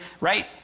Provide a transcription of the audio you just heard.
right